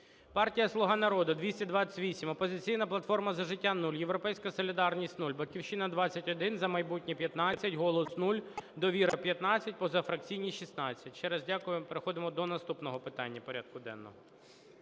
Партія "Слуга народу" – 228, "Опозиційна платформа - За життя" – 0, "Європейська солідарність" – 0, "Батьківщина" – 21, "За майбутнє" – 15, "Голос" – 0, "Довіра" – 15, позафракційні – 16. Ще раз дякую. Переходимо до наступного питання порядку денного.